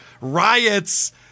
riots